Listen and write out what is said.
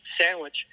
sandwich